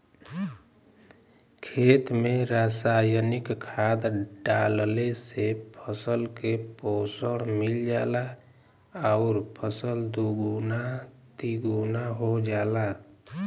खेत में रासायनिक खाद डालले से फसल के पोषण मिल जाला आउर फसल दुगुना तिगुना हो जाला